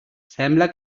sembla